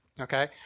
Okay